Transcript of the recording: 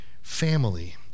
Family